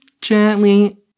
gently